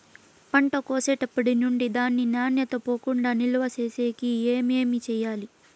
పంట కోసేటప్పటినుండి దాని నాణ్యత పోకుండా నిలువ సేసేకి ఏమేమి చేయాలి?